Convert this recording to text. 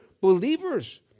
believers